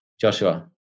Joshua